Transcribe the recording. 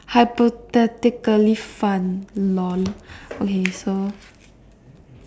hypothetically fun lol okay so